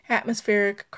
atmospheric